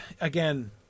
again